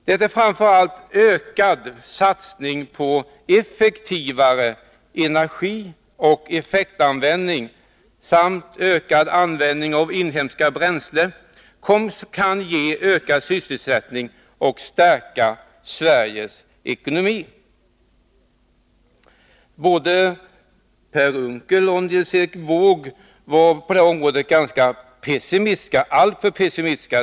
Det är framför allt ökad satsning på effektivare energioch effektanvändning samt ökad användning av inhemska bränslen som kan ge ökad sysselsättning och stärka Sveriges ekonomi. Både Per Unckel och Nils Erik Wååg var på detta område alltför pessimistiska.